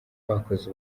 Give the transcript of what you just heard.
bakoze